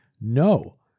No